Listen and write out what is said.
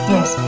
Yes